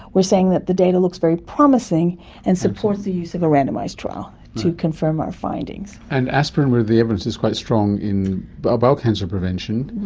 saying that the data looks very promising and supports the use of a randomised trial to confirm our findings. and aspirin, where the evidence is quite strong in but bowel cancer prevention,